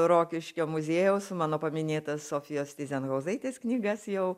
rokiškio muziejaus mano paminėtas sofijos tyzenhauzaitės knygas jau